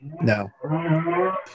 No